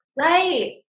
right